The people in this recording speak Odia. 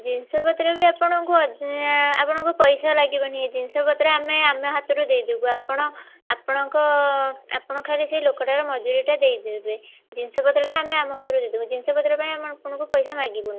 ଜିନିଷପତ୍ର ବି ଆପଣଙ୍କୁ ଆପଣଙ୍କୁ ପଇସା ଲାଗିବନି ଏ ଜିନିଷପତ୍ର ଆମେ ଆମ ହାତରୁ ଦେଇଦବୁ ଆପଣ ଆପଣଙ୍କ ଆପଣ ଖାଲି ସେ ଲୋକର ମଜୁରିଟା ଦେଇଦେବେ ଜିନିଷପତ୍ର ତ ଆମ ଅମ ହାତରୁ ଦେଇଦବୁ ଜିନିଷପତ୍ର ପାଇଁ ଆମେ ଆପଣଙ୍କୁ ପଇସା ମାଗିବୁନି